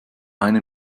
eine